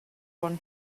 one